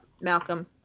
Malcolm